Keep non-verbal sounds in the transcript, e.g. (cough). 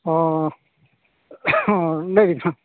ᱦᱮᱸ (unintelligible)